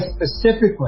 specifically